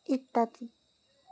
ইত্যাদি